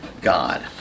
God